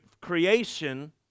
creation